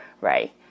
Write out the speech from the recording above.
right